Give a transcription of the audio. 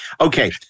Okay